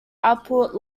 output